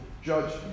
judge